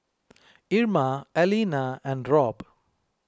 Irma Alina and Robb